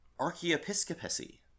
archiepiscopacy